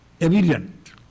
evident